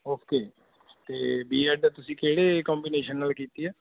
okay ਜੀ ਅਤੇ B Ed ਤੁਸੀਂ ਕਿਹੜੇ ਕੰਬੀਨੇਸ਼ਨ ਨਾਲ ਕੀਤੀ ਹੈ